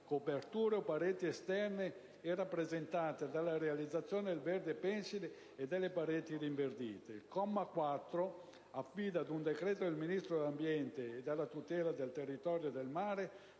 coperture o pareti esterne e rappresentate dalla realizzazione del verde pensile e delle pareti rinverdite. Il comma 4 affida ad un decreto del Ministro dell'ambiente e della tutela del territorio e del mare,